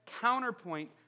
counterpoint